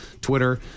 Twitter